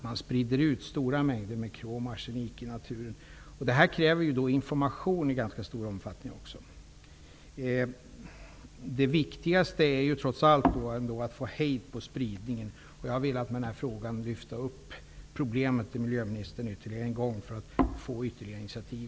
Man sprider ut stora mängder med krom och arsenik i naturen. Detta kräver information i ganska stor omfattning. Det viktigaste är trots allt att få hejd på spridningen. Med den här frågan har jag velat lyfta upp problemet till miljöministern ytterligare en gång för att det skall tas ytterligare initiativ.